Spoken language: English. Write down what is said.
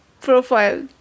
profile